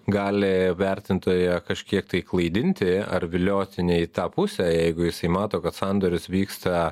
gali vertintoją kažkiek tai klaidinti ar vilioti ne į tą pusę jeigu jisai mato kad sandoris vyksta